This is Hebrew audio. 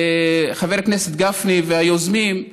חבר הכנסת גפני והיוזמים,